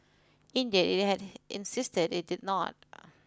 indeed it had insisted it did not